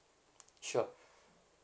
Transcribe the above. sure